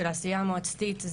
של העשייה המועצתית.